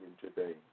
today